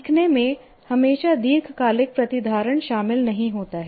सीखने में हमेशा दीर्घकालिक प्रतिधारण शामिल नहीं होता है